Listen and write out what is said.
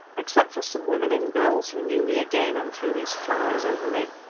except for some women and girls, who knew me again, and threw these flowers over me.